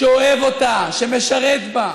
שאוהב אותה, שמשרת בה,